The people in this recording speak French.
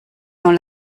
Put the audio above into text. dans